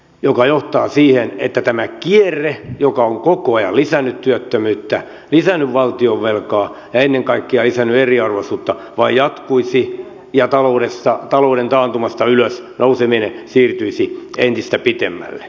tämä johtaa siihen että tämä kierre joka on koko ajan lisännyt työttömyyttä lisännyt valtionvelkaa ja ennen kaikkea lisännyt eriarvoisuutta vain jatkuisi ja talouden taantumasta ylös nouseminen siirtyisi entistä pitemmälle